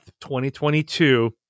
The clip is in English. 2022